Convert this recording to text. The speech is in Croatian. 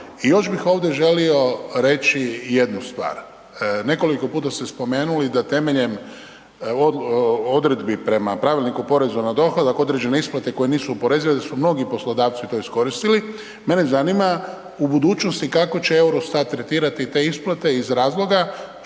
i još bih ovdje želio reći jednu stvar. Nekoliko puta ste spomenuli da temeljem odredbi prema Pravilniku o porezu na dohodak, određene isplate koje su nisu oporezive, da su mnogi poslodavci to iskoristili, mene zanima u budućnosti kao će EUROSTAT tretirati te isplati iz razloga